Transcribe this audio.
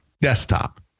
desktop